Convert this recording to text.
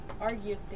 argued